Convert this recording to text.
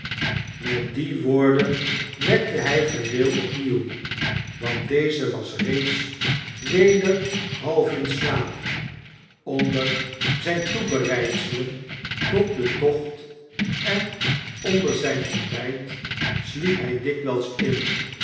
met die woorden wekte hij vendale opnieuw want deze was reeds wed er half in slaap onder zijn toebereidselen tot den tocht en onder zijn ontbijt sliep hy dikwijls in